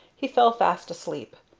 he fell fast asleep.